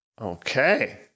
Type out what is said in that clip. Okay